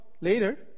later